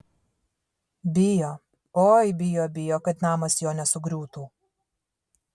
bijo oi bijo bijo kad namas jo nesugriūtų